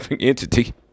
entity